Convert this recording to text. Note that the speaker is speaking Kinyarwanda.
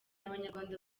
abanyarwanda